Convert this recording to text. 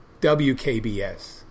WKBS